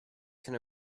can